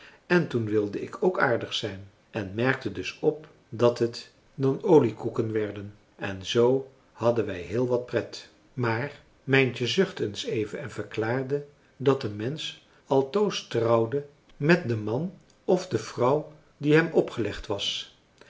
en toen wilde ik ook aardig zijn en merkte dus op dat het dan oliekoeken werden en zoo hadden wij heel wat pret maar mijntje zuchtte eens even en verklaarde dat een mensch altoos trouwde met françois haverschmidt familie en kennissen den man of de vrouw die hem opgelegd was